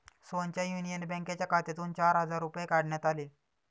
सोहनच्या युनियन बँकेच्या खात्यातून चार हजार रुपये काढण्यात आले